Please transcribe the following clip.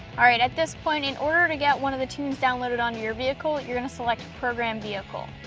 all right, at this point in order to get one of the tunes downloaded on your vehicle you're gonna select program vehicle.